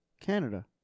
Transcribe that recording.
Canada